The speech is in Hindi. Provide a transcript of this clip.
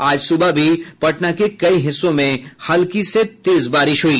आज सुबह भी पटना के कई हिस्सों में हल्की से तेज बारिश हुई